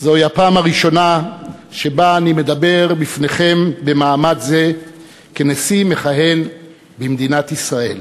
זוהי הפעם הראשונה שאני מדבר בפניכם במעמד זה כנשיא מכהן במדינת ישראל.